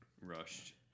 rushed